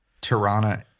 tirana